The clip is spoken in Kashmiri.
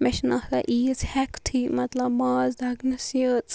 مےٚ چھُنہٕ آسان عیٖژ ہیٚکتھٕے مطلب ماز دَگنَس یٲژ